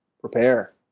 Prepare